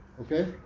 okay